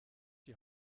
die